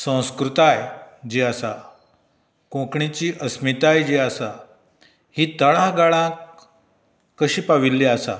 संस्कृताय जी आसा कोंकणीची अस्मिताय जी आसा ही तळां गळांक कशी पाविल्ली आसा